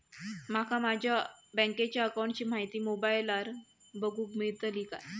माका माझ्या बँकेच्या अकाऊंटची माहिती मोबाईलार बगुक मेळतली काय?